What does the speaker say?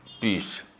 peace